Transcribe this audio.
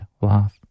laugh